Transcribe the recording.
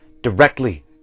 directly